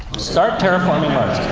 start terraforming mars.